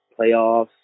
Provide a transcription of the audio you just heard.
playoffs